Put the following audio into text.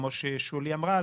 כמו ששולי אמרה,